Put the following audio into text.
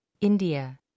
India